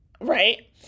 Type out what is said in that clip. Right